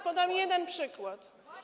Podam jeden przykład.